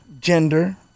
gender